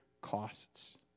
costs